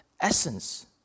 essence